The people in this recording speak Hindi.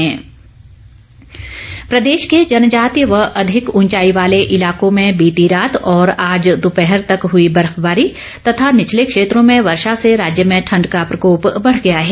मौसम प्रदेश के जनजातीय व अधिक ऊंचाई वाले इलाकों में बीती रात और आज दोपहर तक हुई बर्फबारी तथा निचले क्षेत्रों में वर्षा से राज्य में ठंड का प्रकोप बढ़ गया है